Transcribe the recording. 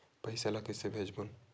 पईसा ला कइसे भेजबोन?